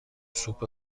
سوپ